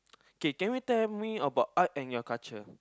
K can you tell me about art and your culture